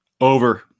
Over